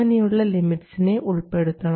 അങ്ങനെയുള്ള ലിമിറ്റ്സിനെ ഉൾപ്പെടുത്തണം